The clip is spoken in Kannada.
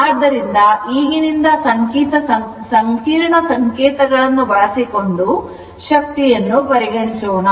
ಆದ್ದರಿಂದ ಈಗಿನಿಂದ ಸಂಕೀರ್ಣ ಸಂಕೇತಗಳನ್ನು ಬಳಸಿಕೊಂಡು ಶಕ್ತಿ ಯನ್ನು ಪರಿಗಣಿಸೋಣ